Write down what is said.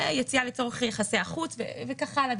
יציאה לצורך יחסי החוץ וכך הלאה,